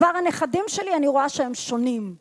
כבר הנכדים שלי, אני רואה שהם שונים.